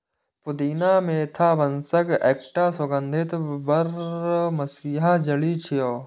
पुदीना मेंथा वंशक एकटा सुगंधित बरमसिया जड़ी छियै